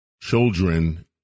children